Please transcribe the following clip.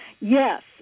Yes